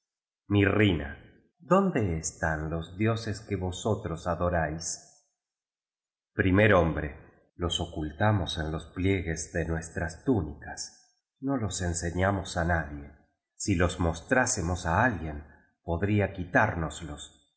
mirrina dónde están los dioses que vosotros adoráis primer hombre los ocultamos en los pliegues de nues tras túnicas no los enseñamos á nadie si los mostrásemos a alguien podría quitárnoslos